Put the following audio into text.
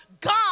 God